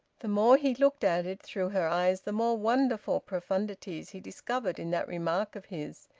the more he looked at it through her eyes, the more wonderful profundities he discovered in that remark of his,